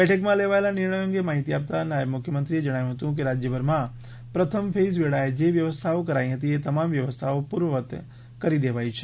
બેઠકમાં લેવાયેલા નિર્ણયો અંગે માહિતી આપતા નાયબ મુખ્યમંત્રીએ જણાવ્યું હતું કે રાજયભરમાં પ્રથમ ફેઈઝ વેળાએ જે વ્યવસ્થાઓ કરાઈ હતી એ તમામ વ્યવસ્થાઓ પૂર્વવત કરી દેવાઈ છે